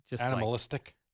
Animalistic